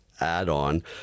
add-on